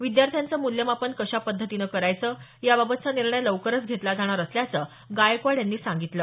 विद्यार्थ्यांचं मूल्यमापन कशा पद्धतीनं करायचं याबाबतचा निर्णय लवकरच घेतला जाणार असल्याचं गायकवाड यांनी सांगितलं